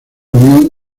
unión